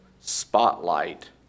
spotlight